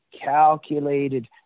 calculated